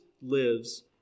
lives